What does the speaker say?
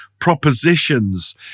propositions